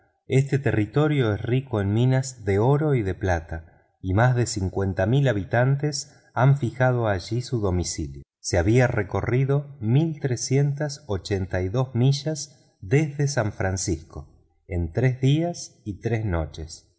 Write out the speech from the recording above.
este territorio es rico en minas de oro y de plata y más de cincuenta mil habitantes han fijado allí su domicilio se habían recorrido mil trescientas ochenta y dos millas desde san francisco en tres dias y tres noches